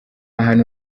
hantu